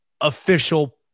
official